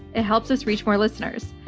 it helps us reach more listeners.